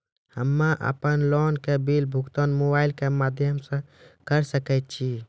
हम्मे अपन लोन के बिल भुगतान मोबाइल के माध्यम से करऽ सके छी?